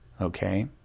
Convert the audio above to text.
okay